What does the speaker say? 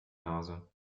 nase